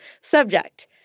subject